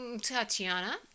tatiana